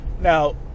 Now